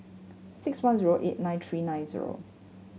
six one zero eight nine three nine zero